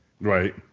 Right